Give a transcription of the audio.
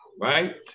Right